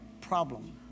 problem